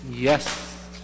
yes